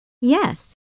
Yes